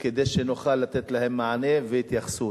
כדי שנוכל לתת להם מענה והתייחסות.